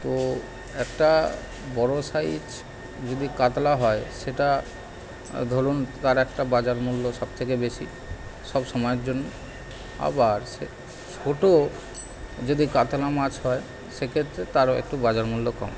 তো একটা বড় সাইজ যদি কাতলা হয় সেটা ধরুন তার একাটা বাজারমূল্য সব থেকে বেশি সব সময়ের জন্য আবার সে ছোট যদি কাতলা মাছ হয় সেক্ষেত্রে তারও একটু বাজারমূল্য কম